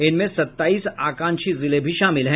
इनमें सत्ताईस आकांक्षी जिले भी शामिल हैं